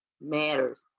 matters